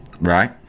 right